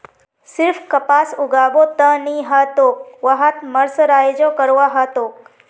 सिर्फ कपास उगाबो त नी ह तोक वहात मर्सराइजो करवा ह तोक